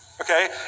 Okay